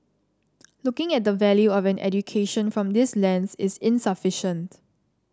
looking at the value of an education from this lens is insufficient